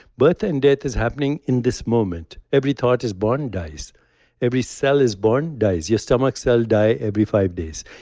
birth and death is happening in this moment. every thought is born, dies every cell is born, dies. your stomach cells die every five days,